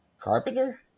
Carpenter